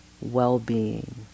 well-being